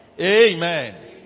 Amen